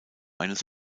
eines